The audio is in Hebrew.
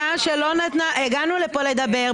הגענו לפה לדבר,